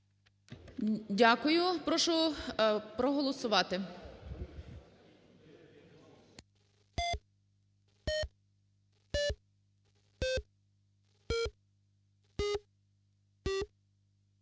Дякую. Прошу проголосувати.